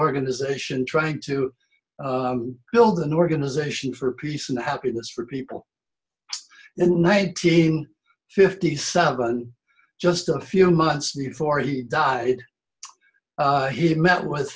organization trying to build an organization for peace and happiness for people in nineteen fifty seven just a few months before he died he met with